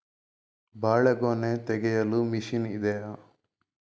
ಬಾಳೆಗೊನೆ ತೆಗೆಯಲು ಮಷೀನ್ ಇದೆಯಾ?